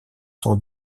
son